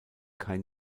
kein